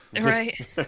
Right